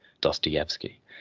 Dostoevsky